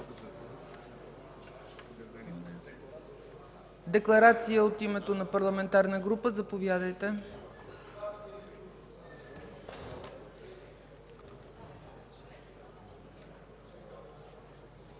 Декларация от името на парламентарна група – заповядайте.